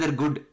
good